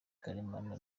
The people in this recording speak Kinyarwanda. karemano